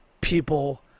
people